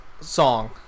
song